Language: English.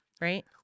right